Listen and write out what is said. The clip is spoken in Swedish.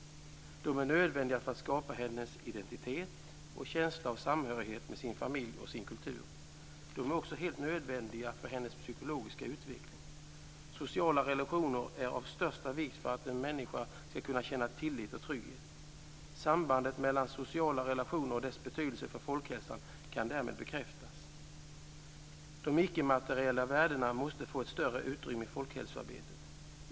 De är nödvändiga för att skapa hennes identitet och känsla av samhörighet med sin familj och sin kultur. De är också helt nödvändiga för hennes psykologiska utveckling. Sociala relationer är av största vikt för att en människa ska kunna känna tillit och trygghet. Sambandet mellan sociala relationer och deras betydelse för folkhälsan kan därmed bekräftas. De ickemateriella värdena måste få ett större utrymme i folkhälsoarbetet.